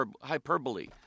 hyperbole